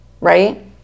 right